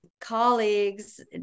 colleagues